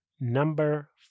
Number